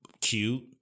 cute